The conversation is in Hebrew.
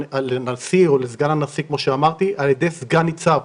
לנשיא או לסגן הנשיא כמו שאמרתי, על ידי סגן ניצב.